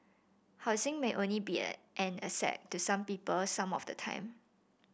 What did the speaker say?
housing may only be an asset to some people some of the time